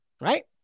Right